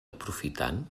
aprofitant